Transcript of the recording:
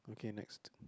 okay next